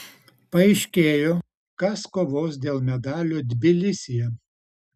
paaiškėjo kas kovos dėl medalių tbilisyje